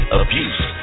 abuse